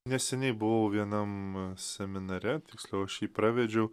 neseniai buvau vienam seminare tiksliau aš jį pravedžiau